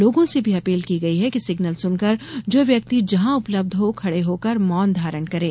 लोगों से भी अपील की गई है कि सिग्नल सुनकर जो व्यक्ति जहाँ उपलब्ध हो खड़े होकर मौन धारण करें